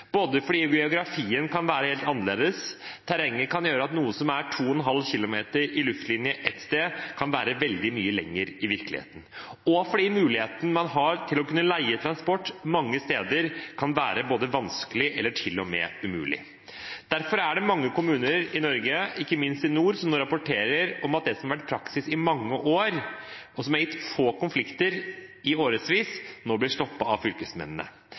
både fordi geografien kan være helt annerledes – terrenget kan gjøre at noe som er 2,5 km i luftlinje, kan være veldig mye lenger i virkeligheten – og fordi det å leie transport mange steder kan være både vanskelig eller til og med umulig. Derfor er det mange kommuner i Norge, ikke minst i nord, som nå rapporterer at det som har vært praksis i mange år, og som har gitt få konflikter i årevis, nå blir stoppet av fylkesmennene.